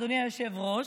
אדוני היושב-ראש,